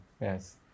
Yes